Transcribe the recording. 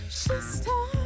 sister